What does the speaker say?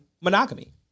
monogamy